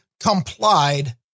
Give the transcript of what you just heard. complied